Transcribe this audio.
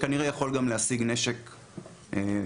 כנראה יכול גם להשיג נשק מלא,